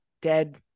dead